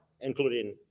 including